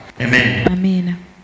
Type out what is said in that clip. Amen